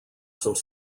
some